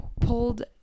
pulled